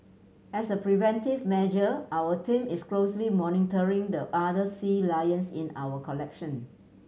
as a preventive measure our team is closely monitoring the other sea lions in our collection